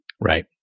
Right